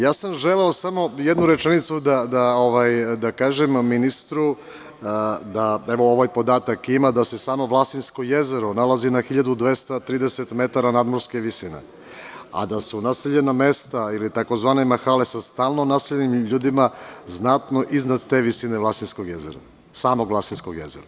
Ja sam hteo samo jednu rečenicu da kažem ministru, da evo ovaj podatak ima, da se samo Vlasinsko jezero nalazi na 1230 metara nadmorske visine, a da su naseljena mesta ili tzv. mahale, sa stalno naseljenim ljudima znatno iznad te visine Vlasinskog jezera, samog Vlasinskog jezera.